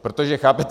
Protože, chápete?